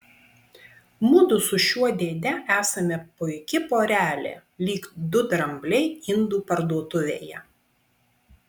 mudu su šiuo dėde esame puiki porelė lyg du drambliai indų parduotuvėje